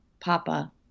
Papa